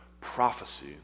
prophecy